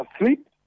asleep